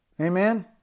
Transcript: Amen